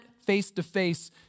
face-to-face